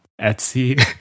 Etsy